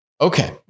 Okay